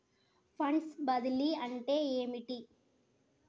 Funds బదిలీ అంటే ఏమిటి?